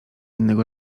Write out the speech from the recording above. innego